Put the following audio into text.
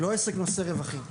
והוא לא עסק נושא רווחים.